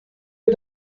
wir